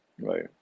Right